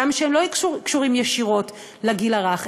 גם שלא קשורים ישירות לגיל הרך,